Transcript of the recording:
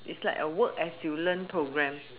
is like a work as you learn programme